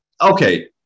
okay